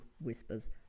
whispers